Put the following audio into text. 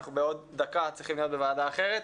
אנחנו בעוד דקה צריכים להיות בוועדה אחרת.